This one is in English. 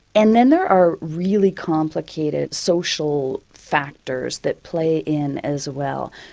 and then there are really complicated social factors that play in as well.